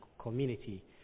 community